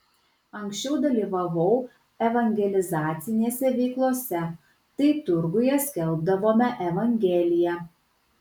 anksčiau dalyvavau evangelizacinėse veiklose tai turguje skelbdavome evangeliją